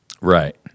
Right